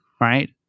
Right